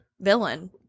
villain